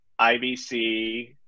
IBC